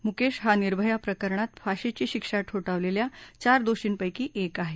मुकेश हा निर्भया प्रकरणात फाशीची शिक्षा ठोठावलेल्या चार दोषींपैकी एक आहे